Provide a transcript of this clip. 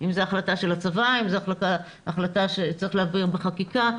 אם זו החלטה של הצבא אם זו החלטה שצריך להעביר בחקיקה.